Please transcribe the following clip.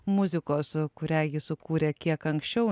muzikos kurią ji sukūrė kiek anksčiau